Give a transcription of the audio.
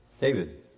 David